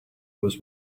was